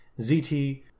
ZT